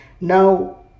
Now